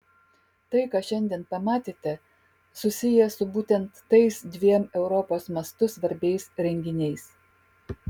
tai ką šiandien pamatėte susiję su būtent tais dviem europos mastu svarbiais renginiais